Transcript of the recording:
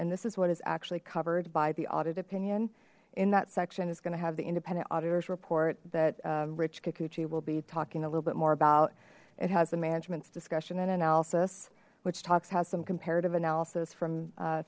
and this is what is actually covered by the audit opinion in that section is going to have the independent auditors report that rich kikuchi we'll be talking a little bit more about it has a management's discussion and analysis which talks has some comparative analysis from